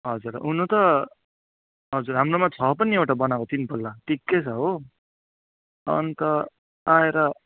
हजुर हुनु त हजुर हाम्रोमा छ पनि एउटा बनाएको तिन पल्ला टिककै छ हो अन्त आएर